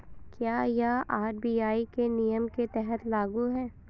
क्या यह आर.बी.आई के नियम के तहत लागू है?